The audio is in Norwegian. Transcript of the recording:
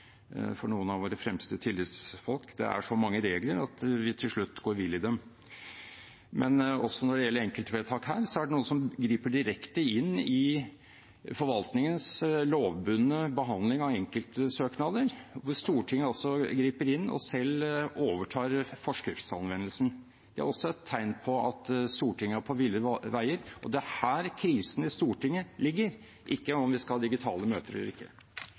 noen av våre fremste tillitsfolk. Det er så mange regler at vi til slutt går vill i dem. Men også når det gjelder enkeltvedtak, er det noen som griper direkte inn i forvaltningens lovbundne behandling av enkeltsøknader – hvor Stortinget altså griper inn og selv overtar forskriftsanvendelsen. Det er også et tegn på at Stortinget er på ville veier. Og det er her krisen i Stortinget ligger, ikke om vi skal ha digitale møter eller ikke.